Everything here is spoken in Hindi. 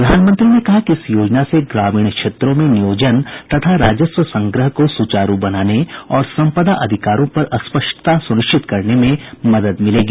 प्रधानमंत्री ने कहा कि इस योजना से ग्रामीण क्षेत्रों में नियोजन तथा राजस्व संग्रह को सुचारू बनाने और संपदा अधिकारों पर स्पष्टता सुनिश्चित करने में मदद मिलेगी